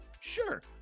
Sure